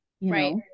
Right